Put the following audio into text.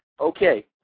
Okay